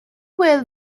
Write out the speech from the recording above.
were